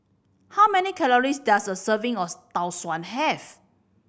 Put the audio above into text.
how many calories does a serving of Tau Suan have